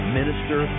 minister